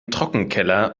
trockenkeller